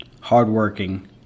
hardworking